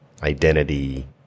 identity